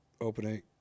opening